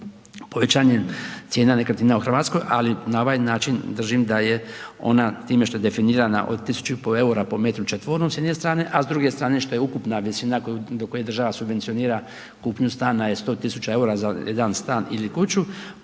povećanjem cijene nekretnina u Hrvatskoj, ali na ovaj način držim da je ona time što je definirana od 1500 eura po metru četvornom, a s druge strane što je ukupna visina do koje država subvencija kupnju stanja je 100 tisuća eura za jedan stan ili kuću,